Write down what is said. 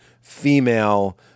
female